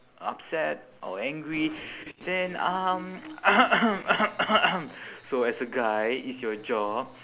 upset or angry then um so as a guy it's your job